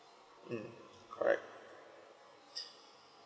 mm correct